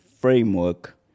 framework